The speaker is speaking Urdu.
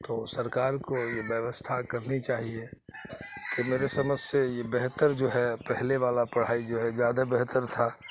تو سرکار کو یہ ویوستھا کرنی چاہیے کہ میرے سمجھ سے یہ بہتر جو ہے پہلے والا پڑھائی جو ہے زیادہ بہتر تھا